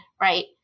right